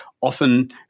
often